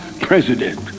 president